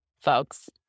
folks